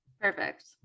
Perfect